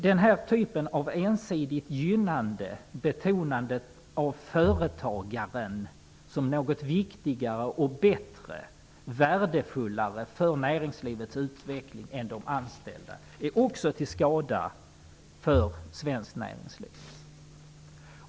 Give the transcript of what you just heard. Den här typen av ensidigt gynnande, betonandet av företagaren som något viktigare och bättre, något som är värdefullare för näringslivets utveckling än de anställda, är också till skada för svenskt näringsliv.